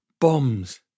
bombs